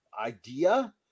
idea